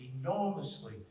enormously